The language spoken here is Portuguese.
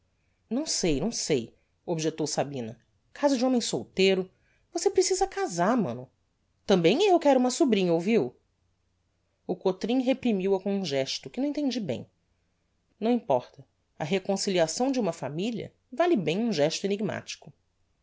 não sei não sei objectou sabina casa de homem solteiro você precisa casar mano tambem eu quero uma sobrinha ouviu o cotrim reprimiu a com um gesto que não entendi bem não importa a reconciliação de uma familia vale bem um gesto enigmatico